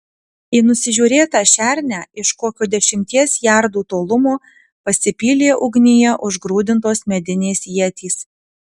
į nusižiūrėtą šernę iš kokio dešimties jardų tolumo pasipylė ugnyje užgrūdintos medinės ietys